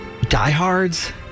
diehards